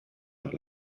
per